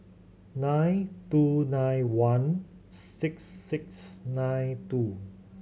nine two nine one six six nine two